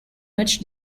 much